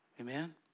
Amen